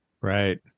Right